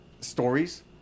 stories